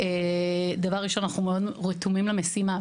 דבר ראשון, אנחנו רתומים מאוד למשימה.